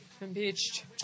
Impeached